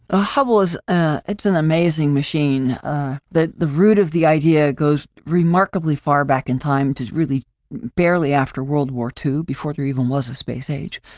ah hubble is an ah it's an amazing machine that the root of the idea goes remarkably far back in time to really barely after world war two before there even was a space age,